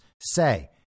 say